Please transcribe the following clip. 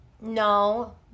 No